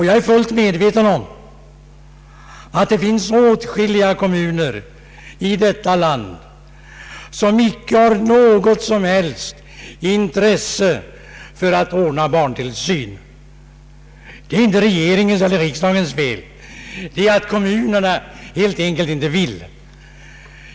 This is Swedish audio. Jag är fullt medveten om att det finns åtskilliga kommuner i detta land som icke har något som helst intresse för att ordna barntillsyn. Det är inte regeringens eller riksdagens fel — det beror på att kommunerna helt enkelt inte vill.